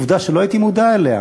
עובדה שלא הייתי מודע לה.